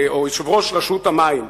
או יושב-ראש, רשות המים.